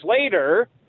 later